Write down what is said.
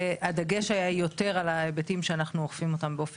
הדגש היה יותר על ההיבטים שאנחנו אוכפים אותם.